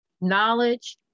Knowledge